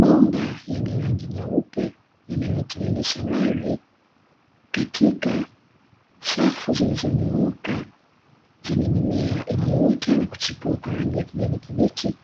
Bomba lenye rangi nyeupe, linalotiririsha maji katika safu zilizonyooka zenye mimea iliyoota na kuchipua kwa rangi ya kijani kibichi,